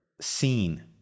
seen